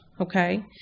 Okay